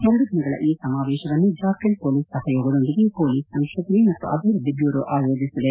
ಎರಡು ದಿನಗಳ ಈ ಸಮಾವೇಶವನ್ನು ಜಾರ್ಖಂಡ್ ಪೊಲೀಸ್ ಸಹಯೋಗದೊಂದಿಗೆ ಪೊಲೀಸ್ ಸಂಶೋಧನೆ ಮತ್ತು ಅಭಿವೃದ್ಧಿ ಬ್ಯೂರೋ ಆಯೋಜಿಸಿದೆ